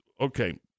Okay